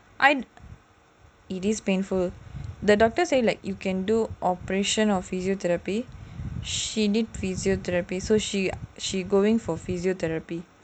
it is painful the doctor say like you can do operation or physiotherapy she did physiotherapy so she going for physiotherapy